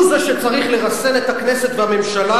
הוא זה שצריך לרסן את הכנסת והממשלה